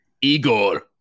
Igor